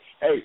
Hey